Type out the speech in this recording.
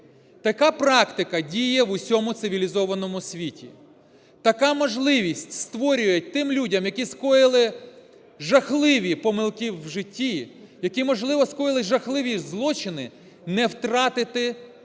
Така практика діє в усьому цивілізованому світі. Така можливість створює тим людям, які скоїли жахливі помилки в житті, які, можливо, скоїли жахливі злочини, не втратити